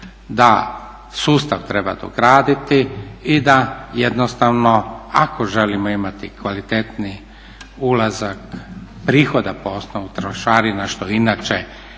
da sustav treba dograditi i da jednostavno ako želimo imati kvalitetniji ulazak prihoda po osnovu trošarina što inače